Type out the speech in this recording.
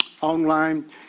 online